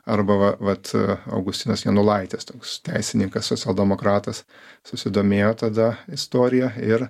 arba va vat augustinas janulaitis toks teisininkas socialdemokratas susidomėjo tada istorija ir